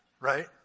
Right